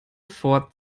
vor